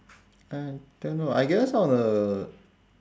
I don't know I guess on a